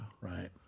Right